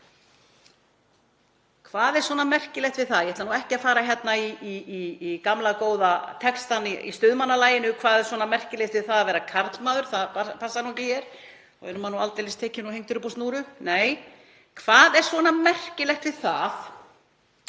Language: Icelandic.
Hvað er svona merkilegt við það? Ég ætla nú ekki að fara í gamla góða textann í laginu, hvað er svona merkilegt við það að vera karlmaður, það passar ekki hér, þá yrði maður nú aldeilis tekinn og hengdur upp á snúru. Nei, hvað er svona merkilegt við það